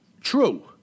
true